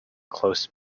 close